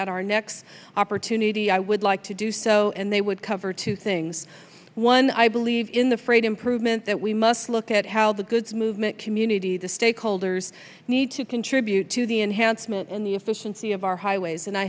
at our next opportunity i would like to do so and they would cover two things one i believe in the freight improvement that we must look at how the goods movement community the stakeholders need to contribute to the enhancement in the efficiency of our highways and i